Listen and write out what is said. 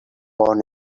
born